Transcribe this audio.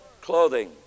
clothing